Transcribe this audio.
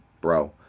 bro